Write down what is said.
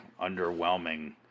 underwhelming